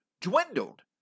dwindled